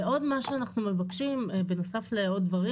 ועוד מה שאנחנו מבקשים בנוסף לעוד דברים